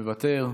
מוותר,